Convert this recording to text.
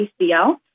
ACL